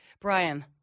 Brian